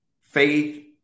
faith